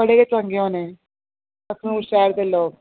बड़े चंगे होने अखनूर शैह्रा दे लोक